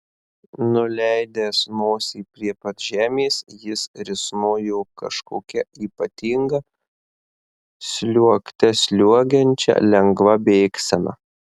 nuleidęs nosį prie pat žemės jis risnojo kažkokia ypatinga sliuogte sliuogiančia lengva bėgsena